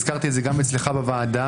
הזכרתי את זה גם אצלך בוועדה,